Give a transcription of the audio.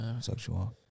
Sexual